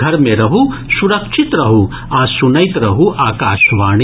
घर मे रहू सुरक्षित रहू आ सुनैत रहू आकाशवाणी